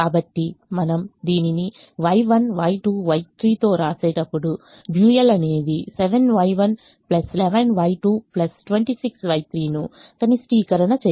కాబట్టి మనము దీనిని Y1Y2Y3 తో వ్రాసేటప్పుడుడ్యూయల్ అనేది 7Y1 11Y2 26Y3 ను కనిష్టీకరణ చేయాలి